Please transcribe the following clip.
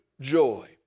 joy